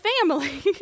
family